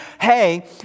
hey